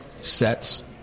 sets